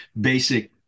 basic